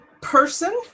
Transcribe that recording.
person